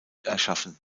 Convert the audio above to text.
erschaffen